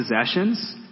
possessions